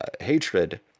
hatred